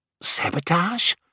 sabotage